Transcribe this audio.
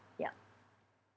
ya